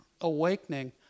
awakening